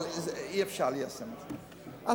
אבל אי-אפשר ליישם את זה.